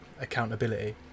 accountability